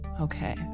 Okay